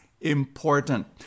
important